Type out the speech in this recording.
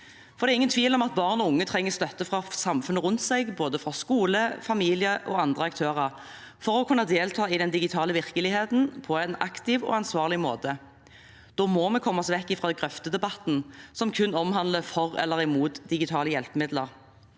i. Det er ingen tvil om at barn og unge trenger støtte fra samfunnet rundt seg – fra både skole, familie og andre aktører – for å kunne delta i den digitale virkeligheten på en aktiv og ansvarlig måte. Da må vi komme oss vekk fra grøftedebatten som kun omhandler for eller imot digitale hjelpemidler.